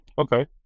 Okay